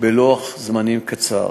בלוח זמנים קצר,